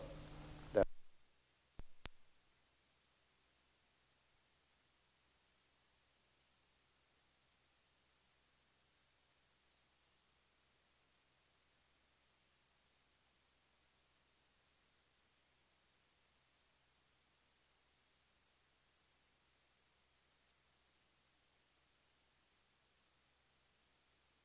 Sådana är nämligen de faktiska omständigheterna.